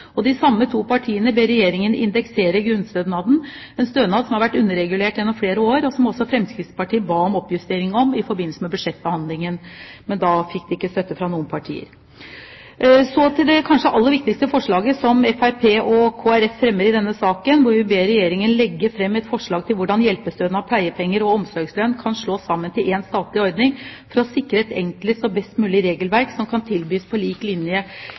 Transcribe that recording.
sykdomsperiode. De samme to partiene ber Regjeringen indeksere grunnstønaden, en stønad som har vært underregulert gjennom flere år, og som Fremskrittspartiet ba om oppjustering av i forbindelse med budsjettbehandlingen. Men da fikk vi ikke støtte fra noen partier. Så til det kanskje aller viktigste forslaget som Fremskrittspartiet og Kristelig Folkeparti fremmer i denne saken, hvor vi ber Regjeringen legge fram et forslag til hvordan hjelpestønad, pleiepenger og omsorgslønn kan slås sammen til én statlig ordning for å sikre et enklest og best mulig regelverk som kan tilbys på en lik